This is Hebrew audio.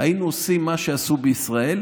היינו עושים מה שעשו בישראל,